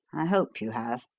i hope you have.